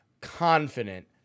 confident